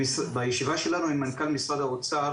בישיבה שלנו עם מנכ"ל משרד האוצר,